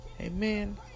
Amen